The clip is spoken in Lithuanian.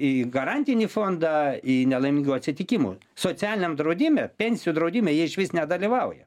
į garantinį fondą į nelaimingų atsitikimų socialiniam draudime pensijų draudime jie išvis nedalyvauja